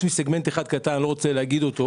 פרט לסגמנט אחד קטן ואני לא רוצה להגיד אותו